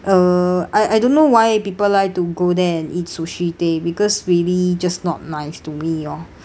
uh I I don't know why people like to go there and eat sushi tei because really just not nice to me lor